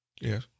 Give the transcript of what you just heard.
Yes